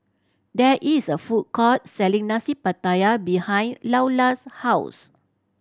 there is a food court selling Nasi Pattaya behind Loula's house